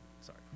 Sorry